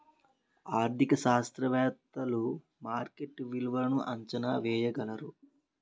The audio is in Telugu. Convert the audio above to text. ఆర్థిక శాస్త్రవేత్తలు మార్కెట్ విలువలను అంచనా వేయగలరు